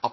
har de